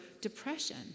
depression